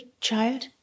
child